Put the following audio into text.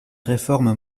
réforme